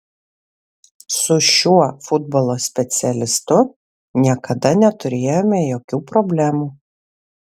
su šiuo futbolo specialistu niekada neturėjome jokių problemų